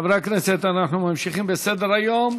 חברי הכנסת, אנחנו ממשיכים בסדר-היום.